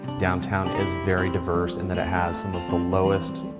downtown is very diverse in that it has some of the lowest,